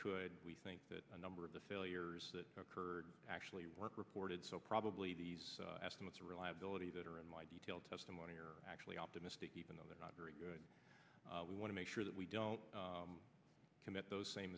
could we think that a number of the failures that occurred actually weren't reported so probably these estimates of reliability that are in my detailed testimony are actually optimistic even though they're not very good we want to make sure that we don't commit those same